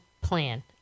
plan